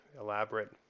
elaborate